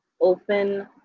open